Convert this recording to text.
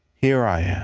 here i am.